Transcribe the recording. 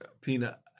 Peanut